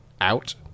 out